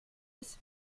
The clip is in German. das